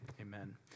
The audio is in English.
amen